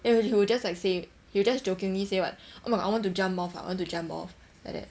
then he will just like say he'll just jokingly say what I want to jump off I want to jump off like that